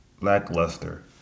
lackluster